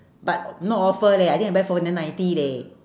but no offer leh I think I buy for nine ninety leh